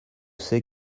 c’est